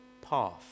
path